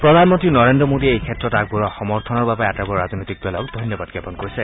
প্ৰধানমন্ত্ৰী নৰেন্দ্ৰ মোদীয়ে এই ক্ষেত্ৰত আগবঢ়োৱা সমৰ্থনৰ বাবে আটাইবোৰ ৰাজনৈতিক দলক ধন্যবাদ জ্ঞাপন কৰিছে